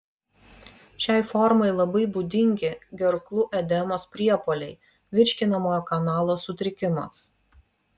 šiai formai labai būdingi gerklų edemos priepuoliai virškinamojo kanalo sutrikimas